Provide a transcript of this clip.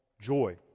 joy